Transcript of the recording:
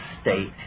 state